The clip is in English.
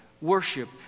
worship